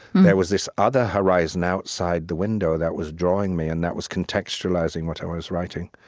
there was this other horizon outside the window that was drawing me and that was contextualizing what i was writing,